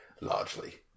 Largely